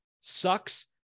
sucks